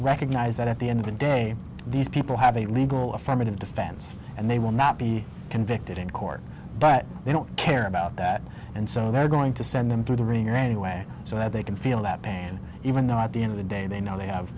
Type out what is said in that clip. recognize that at the end of the day these people have a legal affirmative defense and they will not be convicted in court but they don't care about that and so they're going to send them through the ringer anyway so that they can feel that band even though at the end of the day they know they have